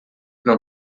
não